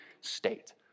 state